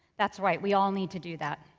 that's right, we all need to do that.